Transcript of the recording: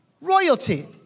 Royalty